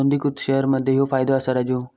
नोंदणीकृत शेअर मध्ये ह्यो फायदो असा राजू